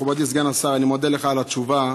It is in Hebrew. מכובדי סגן השר, אני מודה לך על התשובה,